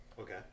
Okay